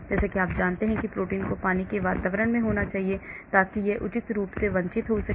जैसा कि आप जानते हैं कि प्रोटीन को पानी के वातावरण में होना चाहिए ताकि यह उचित रूप से संचित हो सके